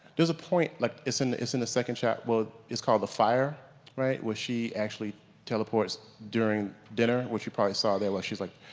there's a point like it's in it's in the second chapter, well it's called the fire right where she actually teleports during dinner which you probably saw there while she's like.